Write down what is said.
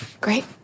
Great